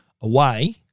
away